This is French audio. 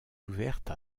ouverte